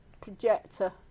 projector